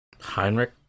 Heinrich